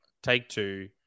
Take-Two